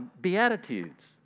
Beatitudes